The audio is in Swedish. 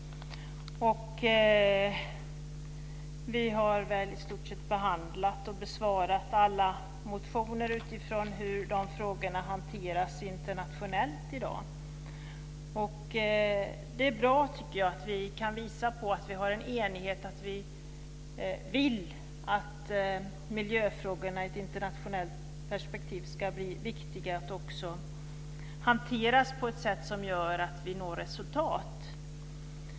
Vi har i stort sett behandlat och besvarat alla motioner utifrån hur dessa frågor hanteras internationellt i dag. Det är bra att vi kan visa att vi har en enighet, att vi vill att miljöfrågorna i ett internationellt perspektiv ska bli viktiga att också hantera på ett sätt som gör att vi når resultat.